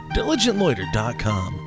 diligentloiter.com